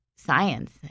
Science